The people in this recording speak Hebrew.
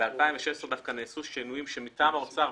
ב-2016 דווקא נעשו שינויים מטעם האוצר,